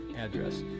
address